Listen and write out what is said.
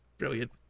Brilliant